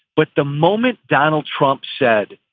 but the moment donald trump said,